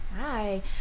Hi